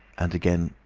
and again,